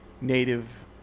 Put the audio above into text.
native